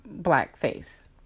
blackface